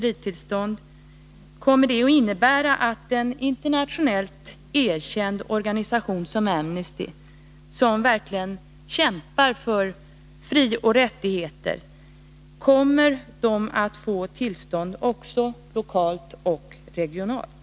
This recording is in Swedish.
Innebär det att en internationellt erkänd organisation som Amnesty, som verkligen kämpar för frioch rättigheter, kommer att få tillstånd också lokalt och regionalt?